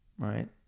Right